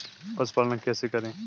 पशुपालन कैसे करें?